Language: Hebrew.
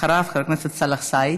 אחריו, חבר הכנסת סאלח סעיד.